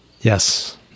Yes